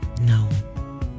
No